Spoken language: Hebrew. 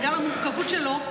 בגלל המורכבות שלו,